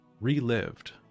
relived